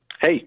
Hey